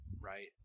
right